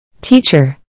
Teacher